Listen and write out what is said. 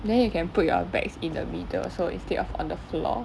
then you can put your bags in the middle so instead of on the floor